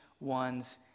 one's